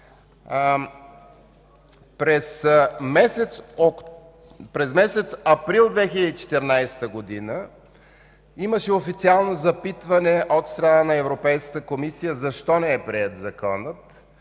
През месец април 2014 г. имаше официално запитване от страна на Европейската комисия защо Законът